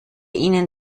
ihnen